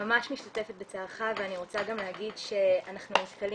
ממש משתתפת בצערך ואני רוצה גם להגיד שאנחנו נתקלים